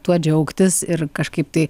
tuo džiaugtis ir kažkaip tai